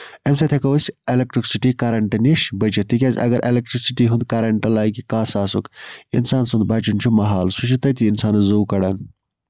اَمہِ سۭتۍ ہٮ۪کَو أسۍ اٮ۪لیکٹرسٹی کَرَنٹ نِش بٔچِتھ تِکیازِ اَگر اٮ۪لیکٹرسٹی ہُند کَرَنٹ لَگہِ کاہ ساسُک اِنسان سُند بَچُن چھُ مَحال سُہ چھُ تٔتی اِنسانَس زوٗ کَڑان